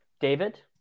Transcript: David